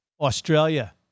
Australia